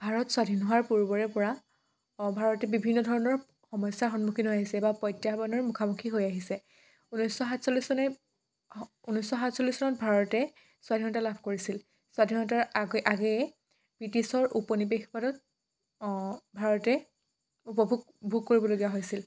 ভাৰত স্বাধীন হোৱা পূৰ্বৰে পৰা ভাৰতে বিভিন্ন ধৰণৰ সমস্যাৰ সন্মুখীন হৈ আহিছে বা প্ৰত্যাহ্বানৰ মুখামুখি হৈ আহিছে ঊনৈছশ সাতচল্লিছ চনে ঊনৈছশ সাতচল্লিছ চনত ভাৰতে স্বাধীনতা লাভ কৰিছিল স্বাধীনতাৰ আগে আগেয়ে ব্ৰিটছৰ উপনিৱেশবাদত ভাৰতে উপভোগ ভোগ কৰিবলগীয়া হৈছিল